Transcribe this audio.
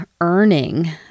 earning